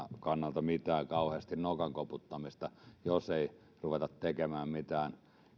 kannalta kauheasti mitään nokan koputtamista jos ei ruveta tekemään mitään